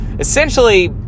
Essentially